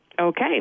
Okay